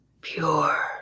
pure